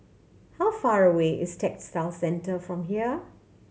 how far away is Textile Centre from here